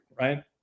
right